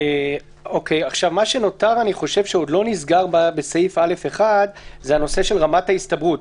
מה שנותר ועוד לא נסגר בסעיף (א)(1) זה הנושא של רמת ההסתברות.